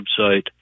website